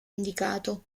indicato